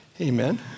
Amen